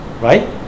right